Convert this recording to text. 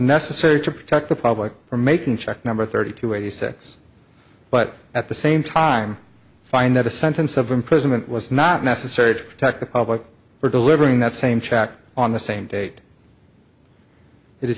necessary to protect the public for making check number thirty two eighty six but at the same time find that a sentence of imprisonment was not necessary to protect the public were delivering that same check on the same date i